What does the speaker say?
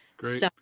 Great